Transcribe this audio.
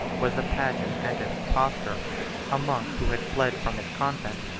was a pageant and an impostor a monk who had fled from his convent,